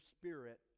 spirit